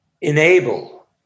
enable